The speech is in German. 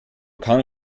kann